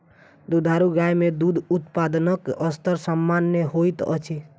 दुधारू गाय मे दूध उत्पादनक स्तर असामन्य होइत अछि